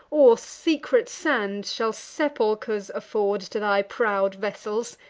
or secret sands, shall sepulchers afford to thy proud vessels,